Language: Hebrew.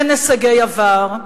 אין הישגי עבר,